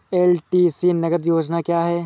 LTC नगद योजना क्या है?